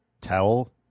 towel